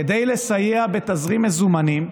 כדי לסייע בתזרים מזומנים,